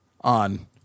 on